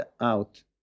out